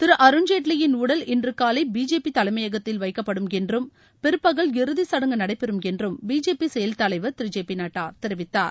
திரு அருண்ஜேட்லியின் உடல் இன்று காலை பிஜேபி தலைமையகத்தில் வைக்கப்படும் என்றும் பிற்பகல் இறுதி சுடங்கு நடைபெறும் என்றும் பிஜேபி செயல்தலைவர் திரு ஜே பி நட்டா தெரிவித்தார்